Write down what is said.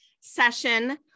session